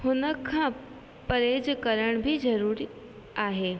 हुन खां परहेज करण बि ज़रूरी आहे